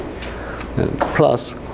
plus